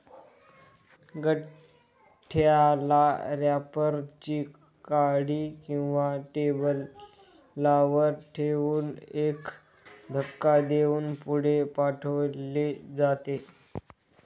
गठ्ठ्याला रॅपर ची काठी किंवा टेबलावर ठेवून एक धक्का देऊन पुढे पाठवले जाते